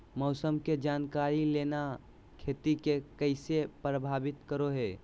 मौसम के जानकारी लेना खेती के कैसे प्रभावित करो है?